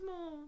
more